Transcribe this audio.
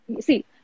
see